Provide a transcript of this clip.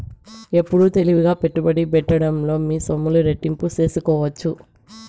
ఎప్పుడు తెలివిగా పెట్టుబడి పెట్టడంలో మీ సొమ్ములు రెట్టింపు సేసుకోవచ్చు